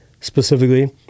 specifically